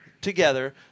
together